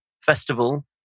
festival